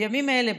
בימים האלה,